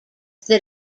that